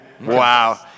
wow